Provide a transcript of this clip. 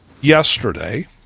yesterday